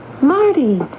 Marty